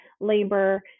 labor